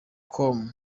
com